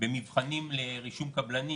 במבחנים לרישום קבלנים,